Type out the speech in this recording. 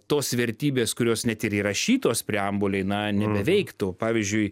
tos vertybės kurios net ir įrašytos preambulei na nebeveiktų pavyzdžiui